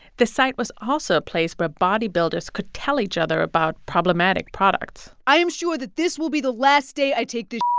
the site was also a place where bodybuilders could tell each other about problematic products i am sure that this will be the last day i take this.